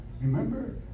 Remember